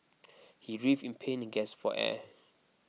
he writhed in pain and gasped for air